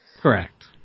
correct